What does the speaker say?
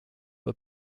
for